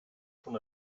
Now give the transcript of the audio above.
schon